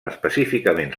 específicament